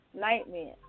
nightmare